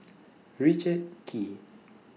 Richard Kee